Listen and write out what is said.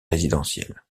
résidentiel